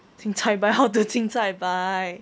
cincai buy how to cincai buy